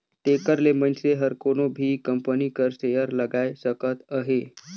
तेकर ले मइनसे हर कोनो भी कंपनी कर सेयर लगाए सकत अहे